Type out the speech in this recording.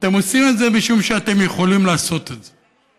אתם עושים את זה משום שאתם יכולים לעשות את זה,